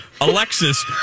Alexis